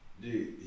Dude